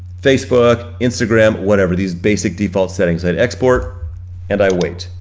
facebook, instagram, whatever these basic default settings. i hit export and i wait.